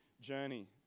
journey